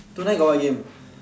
tonight got what game